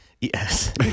Yes